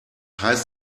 heißt